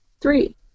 Three